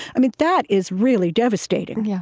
that is really devastating, yeah